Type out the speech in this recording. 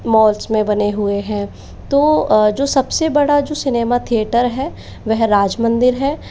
malls में बने हुए हैं तो जो सबसे बड़ा जो सिनेमा थिएटर है वह राजमंदिर है